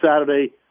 Saturday